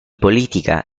política